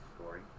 story